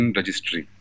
registry